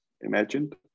imagined